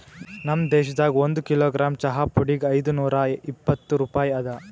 ನಮ್ ದೇಶದಾಗ್ ಒಂದು ಕಿಲೋಗ್ರಾಮ್ ಚಹಾ ಪುಡಿಗ್ ಐದು ನೂರಾ ಇಪ್ಪತ್ತು ರೂಪಾಯಿ ಅದಾ